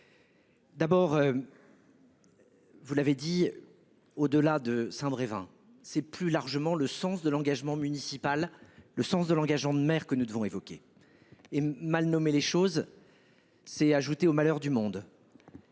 D'abord. Vous l'avez dit. Au-delà de Saint Brévin c'est plus largement le sens de l'engagement municipal le sens de l'engagement de mer que nous devons. Et mal nommer les choses. C'est ajouter aux malheurs du monde.